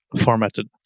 formatted